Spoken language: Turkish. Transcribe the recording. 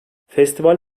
festival